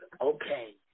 okay